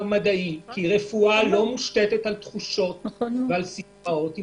מדעי כי רפואה לא מושתתת על תחושות ועל סיסמאות,